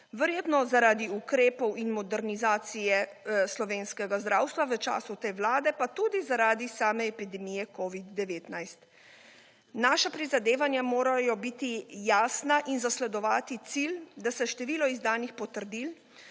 verjetno zaradi ukrepov in modernizacije slovenskega zdravstva v času te Vlade pa tudi zaradi same epidemije COVID-19. Naša prizadevanja morajo biti jasna in zasledovati cilj, da se število izdanih potrdil